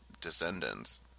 descendants